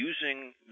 using